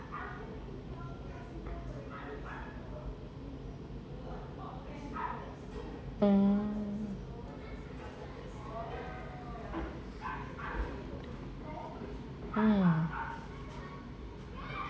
um um